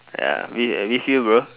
ya with with you bro